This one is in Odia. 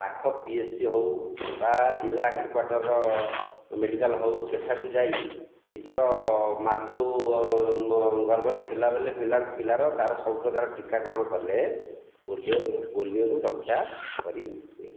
ପାଖ ପିଏସି ହେଉ ବା ଜିଲ୍ଲା ହେଡ଼ କ୍ଵାଟରର ମେଡ଼ିକାଲ ହେଉ ସେଠାକୁ ଯାଇ ନିଜର ମାତୃ ଗର୍ଭରେ ଥିଲା ବେଳେ ପିଲାର ତା'ର ସବୁ ପ୍ରକାର ଟୀକାକରଣ କଲେ ପୋଲିଓରୁ ପୋଲିଓରୁ ରକ୍ଷା କରି ହୁଏ